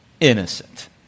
innocent